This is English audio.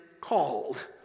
called